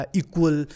equal